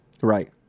Right